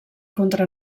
contra